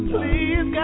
Please